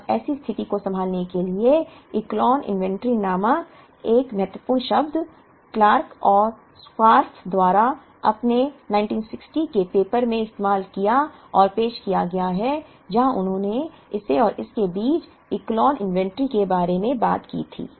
अब ऐसी स्थिति को संभालने के लिए इकोलोन इन्वेंट्री नामक एक महत्वपूर्ण शब्द क्लार्क और स्कार्फ द्वारा अपने 1960 के पेपर में इस्तेमाल किया और पेश किया गया था जहां उन्होंने इस और इसके बीच इकोलोन इन्वेंट्री के बारे में बात की थी